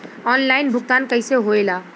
Online भुगतान कैसे होए ला?